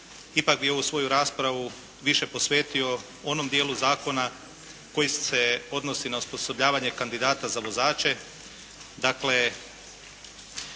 ipak bi ovu svoju raspravu više posvetio onom dijelu zakona koji se odnosi na osposobljavanje kandidata za vozače,